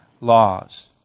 laws